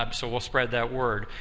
um so we'll spread that word.